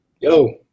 Yo